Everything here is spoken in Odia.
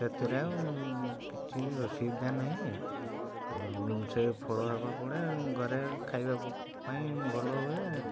ସେଥିରେ ଆଉ କିଛି ଅସୁବିଧା ନାହିଁ ଆଉ ସେ ଫଳ ହବାକୁ ପଡ଼େ ଘରେ ଖାଇବା ପାଇଁ ଭଲ ହୁଏ